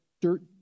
dirt